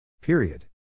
Period